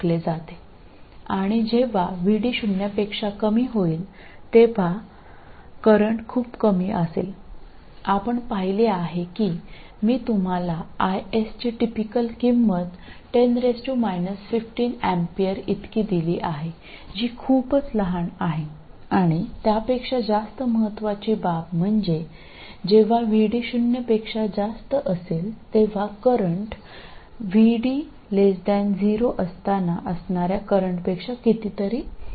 കൂടാതെ VD പൂജ്യത്തേക്കാൾ കുറവാണ് കറന്റ് വളരെ ചെറുതാണ് 10 15 A ആണ് IS ന്റെ സാധാരണ മൂല്യം ഞാൻ നിങ്ങൾക്ക് നൽകിയതെന്ന് ഞങ്ങൾ കണ്ടു അതിനാൽ ഇത് വളരെ ചെറുതും അതിന്റെ കേവല മൂല്യത്തേക്കാൾ കൂടുതലുമാണ് എന്നതാണ് പ്രധാന കാര്യം VD പൂജ്യത്തേക്കാൾ കൂടുതലാകുമ്പോൾ കറന്റ് എപ്പോഴത്തേതിനേക്കാൾ വളരെ കൂടുതലാണ്